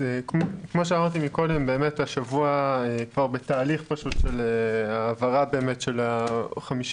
אז כמו שאמרתי מקודם באמת השבוע כבר בתהליך של העברה של ה-50